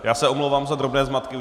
Já se omlouvám za drobné zmatky.